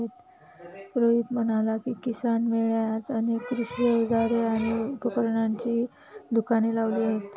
रोहित म्हणाला की, किसान मेळ्यात अनेक कृषी अवजारे आणि उपकरणांची दुकाने लावली आहेत